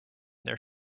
there